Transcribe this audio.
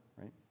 right